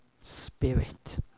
spirit